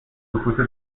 سکوتو